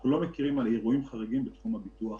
אנחנו לא מכירים אירועים חריגים בתחום הביטוח.